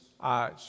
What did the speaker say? eyes